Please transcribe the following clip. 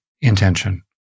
intention